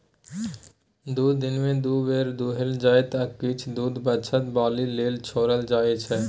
दुध दिनमे दु बेर दुहल जेतै आ किछ दुध बछ्छा बाछी लेल छोरल जाइ छै